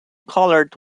colored